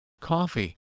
Coffee